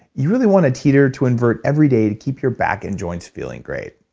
you really want to teeter to invert every day to keep your back and joints feeling great.